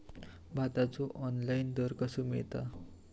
भाताचो ऑनलाइन दर कसो मिळात?